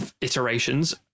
iterations